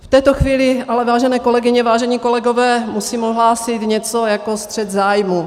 V této chvíli ale vážené kolegyně, vážení kolegové, musím ohlásit něco jako střet zájmů.